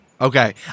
Okay